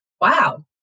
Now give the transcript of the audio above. wow